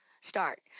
start